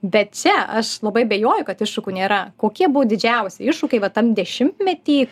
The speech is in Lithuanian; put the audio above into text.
bet čia aš labai abejoju kad iššūkių nėra kokie buvo didžiausi iššūkiai tam dešimtmety